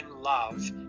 love